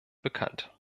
bekannt